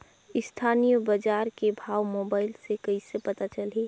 स्थानीय बजार के भाव मोबाइल मे कइसे पता चलही?